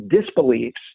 disbeliefs